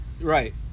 Right